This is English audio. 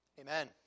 amen